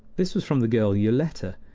this was from the girl yoletta.